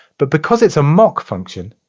but because it's a mock function,